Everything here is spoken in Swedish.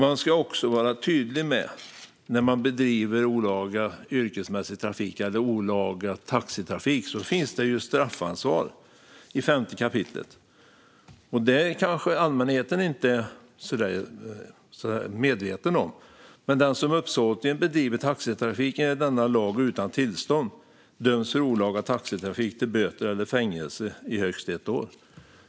Det ska också vara tydligt att när man bedriver olaga yrkesmässig trafik, olaga taxitrafik, finns ett straffansvar enligt 5 kap. Allmänheten är kanske inte medveten om det, men den som uppsåtligen bedriver taxitrafik utan tillstånd enligt denna lag döms för olaga taxitrafik till böter eller fängelse i högst ett år.